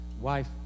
wife